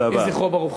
יהי זכרו ברוך.